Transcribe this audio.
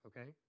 Okay